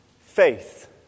faith